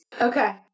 Okay